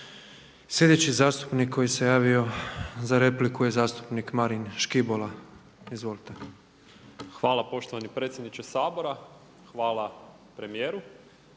Sljedeći zastupnik koji se javio za repliku je zastupnik Marin Škibola. Izvolite. **Škibola, Marin (Živi zid)** Hvala poštovani predsjedniče Sabora, hvala premijeru.